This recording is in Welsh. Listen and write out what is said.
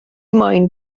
moyn